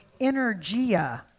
energia